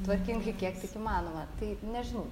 tvarkingai kiek tik įmanoma tai nežinau